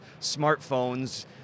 smartphones